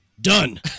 Done